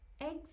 eggs